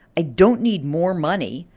i don't need more money.